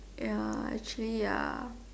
ya actually ya